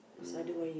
um